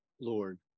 Lord